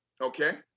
okay